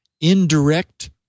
indirect